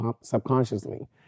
subconsciously